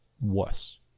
worse